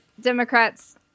Democrats